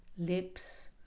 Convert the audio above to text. lips